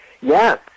Yes